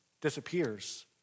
disappears